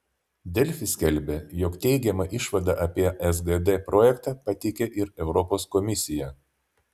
delfi skelbė jog teigiamą išvadą apie sgd projektą pateikė ir europos komisija